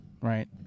right